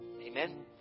Amen